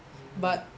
mm